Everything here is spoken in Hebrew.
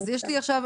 אז יש לי עכשיו,